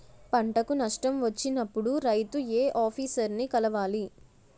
పంటకు నష్టం వచ్చినప్పుడు రైతు ఏ ఆఫీసర్ ని కలవాలి?